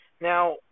Now